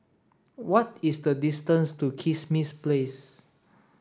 what is the distance to Kismis Place